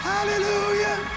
Hallelujah